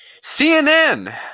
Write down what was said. CNN